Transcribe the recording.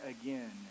again